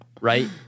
Right